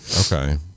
Okay